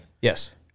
Yes